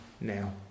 now